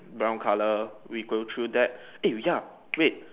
brown color we go through that eh ya wait